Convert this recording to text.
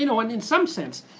you know and in some sense,